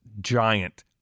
giant